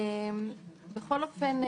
בכל אופן,